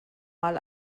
mal